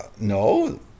No